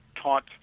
taught